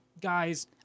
guys